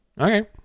Okay